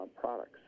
products